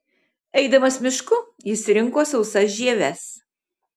eidamas mišku jis rinko sausas žieves